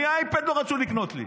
אני, אייפד לא רצו לקנות לי.